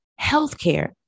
healthcare